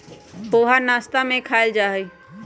पोहा नाश्ता में खायल जाहई